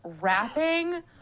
Rapping